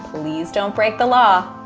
please don't break the law.